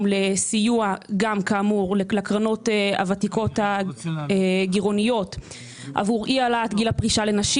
לסיוע לקרנות הוותיקות הגירעוניות עבור אי-העלאת גיל הפרישה לנשים.